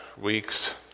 weeks